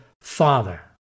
Father